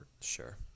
Sure